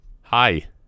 Hi